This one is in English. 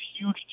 huge